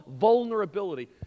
vulnerability